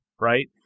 right